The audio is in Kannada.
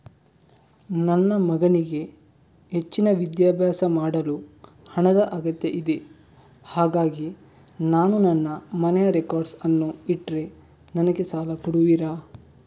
ನನ್ನ ಮಗನಿಗೆ ಹೆಚ್ಚಿನ ವಿದ್ಯಾಭ್ಯಾಸ ಮಾಡಲು ಹಣದ ಅಗತ್ಯ ಇದೆ ಹಾಗಾಗಿ ನಾನು ನನ್ನ ಮನೆಯ ರೆಕಾರ್ಡ್ಸ್ ಅನ್ನು ಇಟ್ರೆ ನನಗೆ ಸಾಲ ಕೊಡುವಿರಾ?